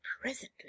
presently